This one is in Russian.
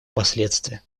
последствия